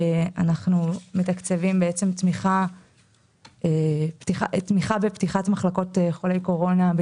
אנחנו מתקצבים תמיכה בפתיחת מחלקות חולי קורונה קלים,